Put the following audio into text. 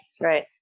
Right